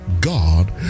God